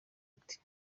ati